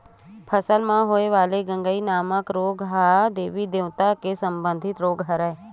फसल म होय वाले गंगई नामक रोग ह देबी देवता ले संबंधित रोग हरय